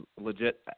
legit